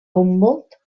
humboldt